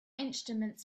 instruments